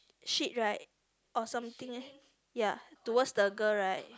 switch right or something ya towards the girl right